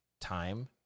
time